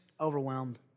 overwhelmed